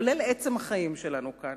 כולל עצם החיים שלנו כאן.